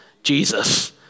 Jesus